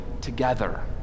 together